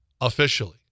officially